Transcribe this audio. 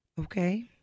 Okay